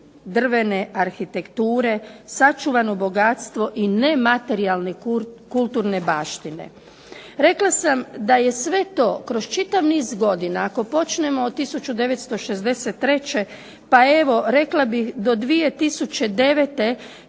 drvene arhitekture, sačuvano bogatstvo i nematerijalne kulturne baštine. Rekla sam da je sve to kroz čitav niz godina ako počnemo od 1963. pa evo rekla bih do 2009.